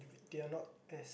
they are not there